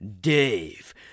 Dave